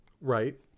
Right